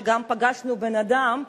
שגם פגשנו בן-אדם,